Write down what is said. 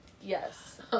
Yes